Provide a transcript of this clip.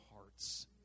hearts